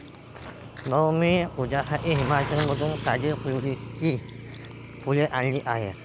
भाऊ, मी तुझ्यासाठी हिमाचलमधून ताजी ट्यूलिपची फुले आणली आहेत